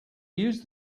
use